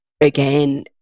again